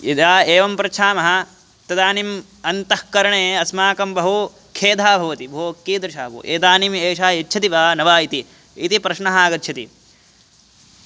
यदा एवं पृच्छामः तदानीम् अन्तःकरणे अस्माकं बहु खेदः भवति भोः कीदृशं भोः इदानीम् एषः यच्छति वा न वा इति इति प्रश्नः आगच्छति